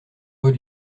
eux